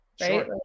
right